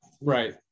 right